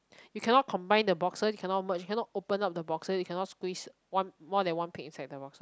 you cannot combine the boxes you cannot merge you cannot open up the boxes you cannot squeeze one more than one pic inside the boxes